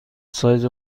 سایز